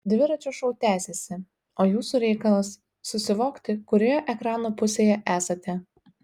dviračio šou tęsiasi o jūsų reikalas susivokti kurioje ekrano pusėje esate